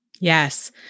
Yes